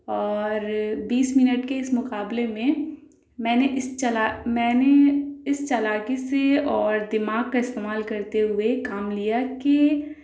اور بیس منٹ کے اس مقابلے میں میں نے اس چلا میں نے اس چالاکی سے اور دماغ کا استعمال کرتے ہوئے کام لیا کہ